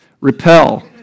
Repel